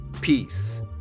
peace